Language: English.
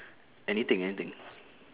anything anything